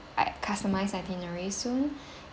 i~ customise itinerary soon